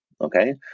Okay